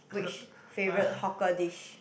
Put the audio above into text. which favourite hawker dish